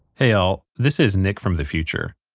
hey all, this is nick from the future.